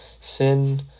sin